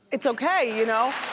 it's okay you know.